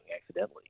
accidentally